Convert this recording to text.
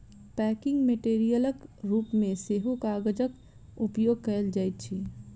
packing मेटेरियलक रूप मे सेहो कागजक उपयोग कयल जाइत अछि